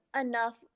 enough